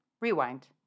rewind